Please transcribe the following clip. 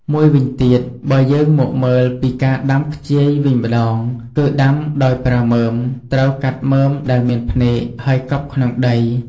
មួយវិញទៀត បើយើងមកមើលពីការដាំខ្ជាយវិញម្តង គឺដាំដោយប្រើមើម ត្រូវកាត់មើមដែលមានភ្នែក ហើយកប់ក្នុងដី។